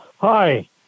Hi